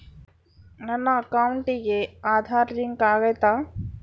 ನನ್ನ ಅಕೌಂಟಿಗೆ ಆಧಾರ್ ಲಿಂಕ್ ಆಗೈತಾ?